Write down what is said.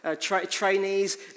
trainees